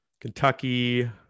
Kentucky